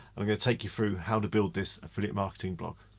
i'm gonna take you through how to build this affiliate marketing blog.